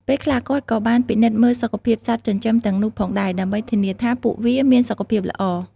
ពេលខ្លះ គាត់ក៏បានពិនិត្យមើលសុខភាពសត្វចិញ្ចឹមទាំងនោះផងដែរ ដើម្បីធានាថាពួកវាមានសុខភាពល្អ។